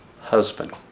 husband